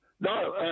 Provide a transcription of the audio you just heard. No